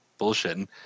bullshitting